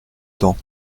temps